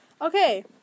Okay